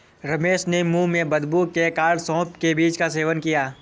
रमेश ने मुंह में बदबू के कारण सौफ के बीज का सेवन किया